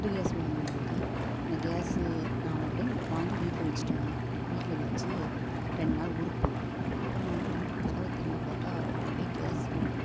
புது கேஸ் வாங்கும்போது அந்த கேஸ்ஸு நான் ஒரு டைம் வாங்கி வீட்டில் வச்சுட்டேங்க வீட்டில் வச்சு ரெண்டு நாள் ஊருக்கு போயிட்டோம் அப்புறம் வந்து வீட்டு கதவை திறந்து பார்த்தா ஒரே கேஸ் ஸ்மெல்லு